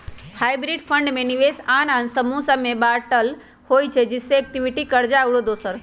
hybrid fund में निवेश आन आन समूह सभ में बाटल होइ छइ जइसे इक्विटी, कर्जा आउरो दोसर